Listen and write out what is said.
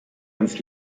ans